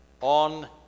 on